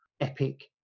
epic